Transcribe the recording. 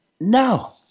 No